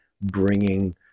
bringing